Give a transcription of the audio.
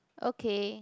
okay